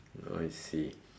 oh I see